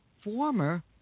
former